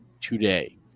today